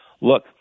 Look